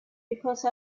because